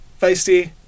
Feisty